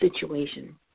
situation